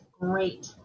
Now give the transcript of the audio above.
Great